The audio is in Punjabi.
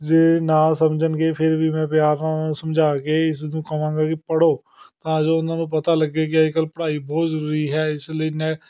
ਜੇ ਨਾ ਸਮਝਣਗੇ ਫਿਰ ਵੀ ਮੈਂ ਪਿਆਰ ਨਾਲ ਉਹਨਾਂ ਨੂੰ ਸਮਝਾ ਕੇ ਇਸ ਨੂੰ ਕਵਾਂਗਾ ਕਿ ਪੜੋ ਤਾਂ ਜੋ ਉਹਨਾਂ ਨੂੰ ਪਤਾ ਲੱਗੇ ਕੀ ਅੱਜ ਕੱਲ ਪੜ੍ਹਾਈ ਬਹੁਤ ਜ਼ਰੂਰੀ ਹੈ ਇਸ ਲਈ ਨੈ